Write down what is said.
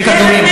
וכדורים.